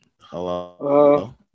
Hello